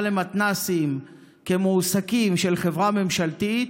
למתנ"סים כמועסקים של חברה ממשלתית,